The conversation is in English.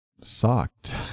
sucked